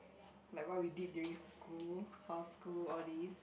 like what we did during school how's school all these